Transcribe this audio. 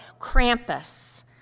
Krampus